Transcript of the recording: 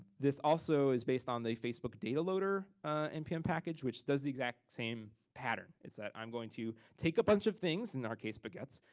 this also is based on the facebook data loader npm package, which does the exact same pattern. it's that i'm going to take a bunch of things, in our case baguettes,